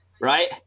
right